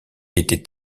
était